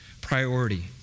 priority